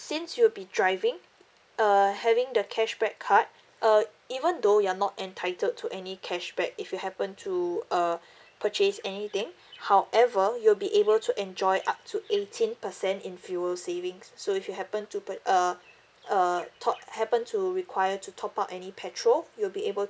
since you'll be driving err having the cashback card uh even though you're not entitled to any cashback if you happen to uh purchase anything however you'll be able to enjoy up to eighteen percent in fuel savings so if you happen to put uh uh top happen to require to top up any petrol you'll be able